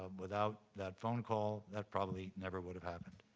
um without that phone call, that probably never would've happened.